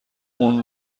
اون